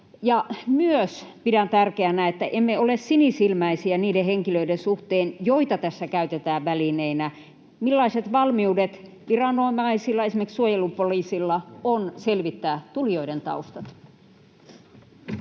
myös pidän tärkeänä, että emme ole sinisilmäisiä niiden henkilöiden suhteen, joita tässä käytetään välineinä. Millaiset valmiudet viranomaisilla, esimerkiksi suojelupoliisilla, on selvittää tulijoiden taustat?